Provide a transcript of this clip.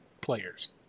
players